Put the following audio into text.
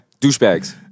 Douchebags